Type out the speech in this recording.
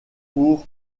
pour